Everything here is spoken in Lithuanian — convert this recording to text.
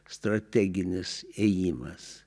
strateginis ėjimas